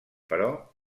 però